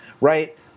Right